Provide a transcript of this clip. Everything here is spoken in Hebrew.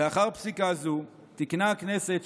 לאחר פסיקה זו תיקנה הכנסת,